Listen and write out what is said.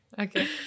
okay